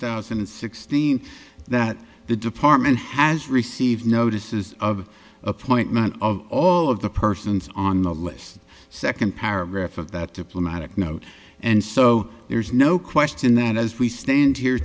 thousand and sixteen that the department has received notices of appointment of all of the purse it's on the list second paragraph of that diplomatic note and so there's no question that as we stand here